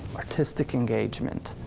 artistic engagement.